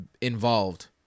involved